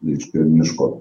reiškia miško